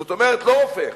זאת אומרת לא רופא אחד,